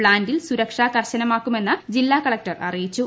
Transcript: പ്ലാന്റിൽ സുരക്ഷ കർശനമാക്കുമെന്ന് ജില്ലകൃളൂക്ട്ടർ ്അറിയിച്ചു